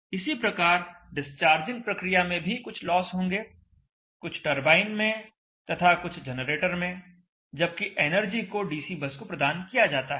इसी प्रकार डिस्चार्जिंग प्रक्रिया में भी कुछ लॉस होंगे कुछ टरबाइन में तथा कुछ जनरेटर में जबकि एनर्जी को डीसी बस को प्रदान किया जाता है